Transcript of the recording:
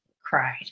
cried